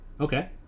Okay